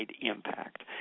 impact